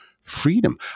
freedom